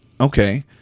okay